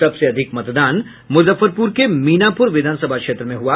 सबसे अधिक मतदान मुजफ्फरपुर के मीनापुर विधानसभा क्षेत्र में हुआ